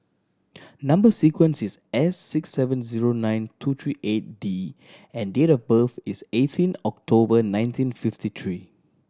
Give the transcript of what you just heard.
number sequence is S six seven zero nine two three eight D and date of birth is eighteen October nineteen fifty three